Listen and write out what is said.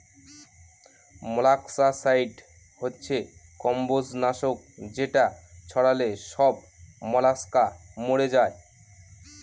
molluscicide হচ্ছে কম্বজ নাশক যেটা ছড়ালে সব মলাস্কা মরে যায়